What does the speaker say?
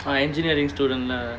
for engineering student lah